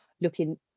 looking